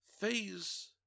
phase